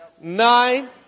Nine